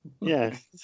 Yes